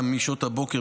משעות הבוקר,